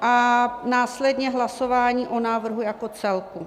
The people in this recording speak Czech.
A následně hlasování o návrhu jako celku.